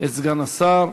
את סגן השר.